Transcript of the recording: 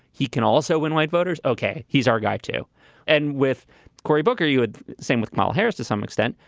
he can also win white voters. okay. he's our guy to end and with corey booker. you would? same with paul harris. to some extent.